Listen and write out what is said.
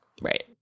Right